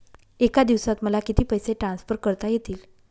एका दिवसात मला किती पैसे ट्रान्सफर करता येतील?